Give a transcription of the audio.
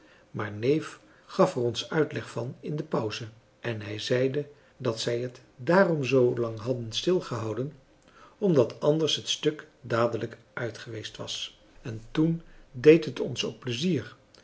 maar neef gaf er ons uitleg van in de pauze en hij zeide dat zij het dààrom zoolang hadden stil gehouden omdat anders het stuk dadelijk uit geweest was en toen deed het ons ook pleizier